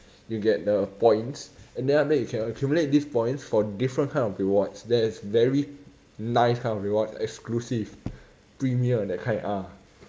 you get the points and then after that you accumulate these points for different kind of rewards there is very nice kind of reward exclusive premier that kind ah